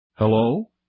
Hello